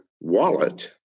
wallet